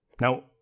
Now